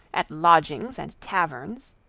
at lodgings and taverns.